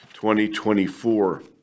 2024